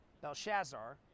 Belshazzar